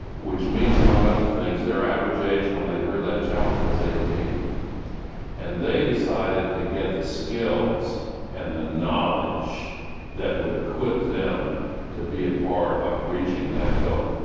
means, among other things, their average age when they heard that challenge was eighteen and they decided to get the skills and the knowledge that would equip them to be a part of reaching that goal.